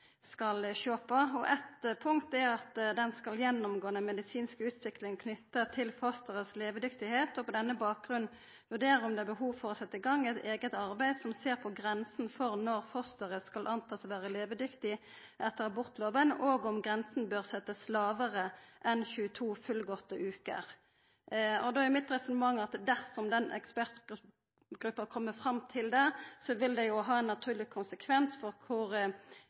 skal sjå på. Eitt punkt er at ho skal «gjennomgå den medisinske utviklingen knyttet til fosterets levedyktighet og på denne bakgrunn vurdere om det er behov for å sette i gang et eget arbeid som ser på grensen for når fosteret skal antas å være levedyktig etter abortloven og om grensen bør settes lavere enn 22 fullgåtte uker». Då er resonnementet mitt at dersom ekspertgruppa kjem fram til det, vil det ha ein naturleg konsekvens òg for